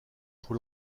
pour